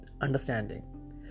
understanding